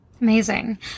amazing